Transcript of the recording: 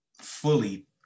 fully